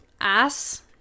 ass